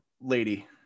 lady